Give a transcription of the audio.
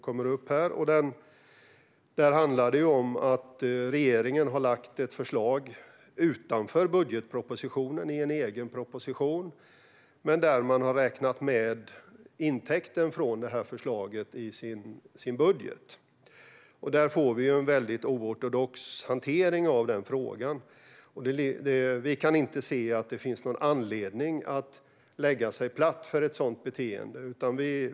Regeringen har lagt fram ett förslag utanför budgetpropositionen i en egen proposition, men regeringen har räknat med intäkten från förslaget i sin budget. Det blir en mycket oortodox hantering av frågan. Sverigedemokraterna kan inte se att det finns någon anledning att lägga sig platt för ett sådant beteende.